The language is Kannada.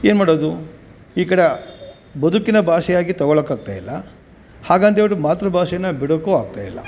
ಏನು ಮಾಡೋದು ಈ ಕಡೆ ಬದುಕಿನ ಭಾಷೆಯಾಗಿ ತೊಗೊಳಕ್ಕೆ ಆಗ್ತಾ ಇಲ್ಲ ಹಾಗಂತ ಹೇಳ್ಬಿಟ್ಟು ಮಾತೃ ಭಾಷೆನ ಬಿಡೋಕ್ಕೂ ಆಗ್ತಾಯಿಲ್ಲ